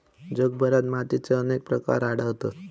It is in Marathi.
जगभरात मातीचे अनेक प्रकार आढळतत